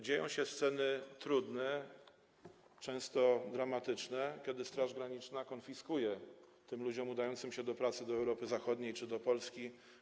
Dzieją się sceny trudne, często dramatyczne, kiedy Straż Graniczna konfiskuje żywność tym ludziom udającym się do pracy do Europy Zachodniej czy do Polski.